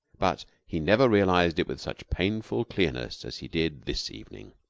but he never realized it with such painful clearness as he did this evening.